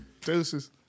Deuces